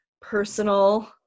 personal